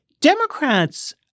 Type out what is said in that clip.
Democrats